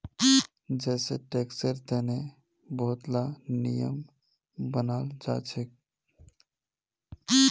जै सै टैक्सेर तने बहुत ला नियम बनाल जाछेक